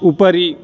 उपरि